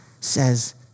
says